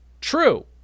true